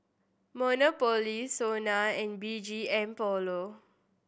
Monopoly SONA and B G M Polo